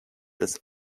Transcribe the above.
its